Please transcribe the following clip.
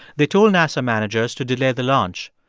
they told nasa managers to delay the launch.